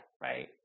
Right